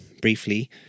Briefly